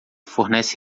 fornece